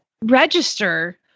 register